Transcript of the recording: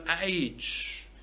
age